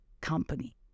company